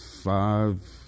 five